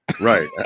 Right